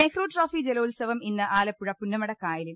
Nehru trophy ജലോത്സവം ഇന്ന് ആലപ്പുഴ പുന്നമട കായലിൽ